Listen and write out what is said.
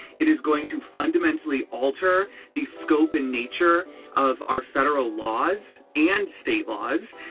it is going to fundamentally alter the scope and nature of our federal laws and state laws.